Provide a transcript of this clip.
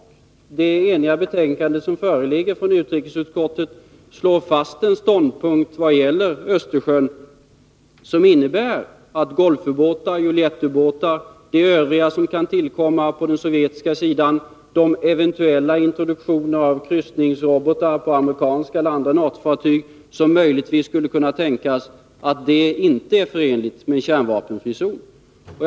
I det enhälliga betänkande som nu föreligger från utrikesutskottet slår man fast en ståndpunkt i vad gäller Östersjön — det handlar om Golfubåtar och Juliettubåtar och övrigt som kan tillkomma från den sovjetiska sidan samt eventuell introduktion av kryssningsrobotar på amerikanska fartyg — som möjligen kan tänkas vara oförenlig med en kärnvapenfri zon.